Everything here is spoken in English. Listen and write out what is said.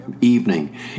evening